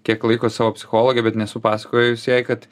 kiek laiko su savo psichologe bet nesu pasakojus jai kad